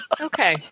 Okay